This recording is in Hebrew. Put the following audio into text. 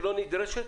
שלא נדרשת,